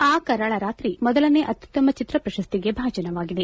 ಆ ಕರಾಳ ರಾತ್ರಿ ಮೊದಲನೇ ಅತ್ಯುತ್ತಮ ಚಿತ್ರ ಪ್ರಶಸ್ತಿಗೆ ಭಾಜನವಾಗಿದೆ